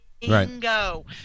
Bingo